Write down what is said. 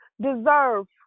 deserve